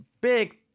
big